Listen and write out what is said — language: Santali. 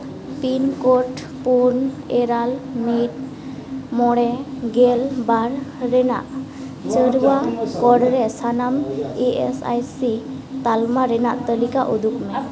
ᱯᱤᱱ ᱠᱳᱰ ᱯᱩᱱ ᱤᱨᱟᱹᱞ ᱢᱤᱫ ᱢᱚᱬᱮ ᱜᱮᱞ ᱵᱟᱨ ᱨᱮᱱᱟᱜ ᱪᱟᱹᱨᱭᱟᱹ ᱠᱚᱲ ᱨᱮ ᱥᱟᱱᱟᱢ ᱤ ᱮᱥ ᱟᱭ ᱥᱤ ᱛᱟᱞᱢᱟ ᱨᱮᱱᱟᱜ ᱛᱟᱹᱞᱤᱠᱟ ᱩᱫᱩᱜ ᱢᱮ